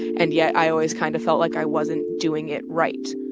and yet, i always kind of felt like i wasn't doing it right